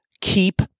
keep